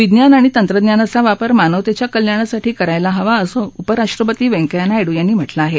विज्ञान आणि तंत्रज्ञानाचा वापर मानवतेच्या कल्याणासाठी करायला हवा असं उपराष्ट्रपती व्यंकैय्या नायडू यांनी म्हटलं आहे